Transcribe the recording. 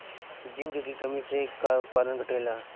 Zinc की कमी से का उत्पादन घटेला?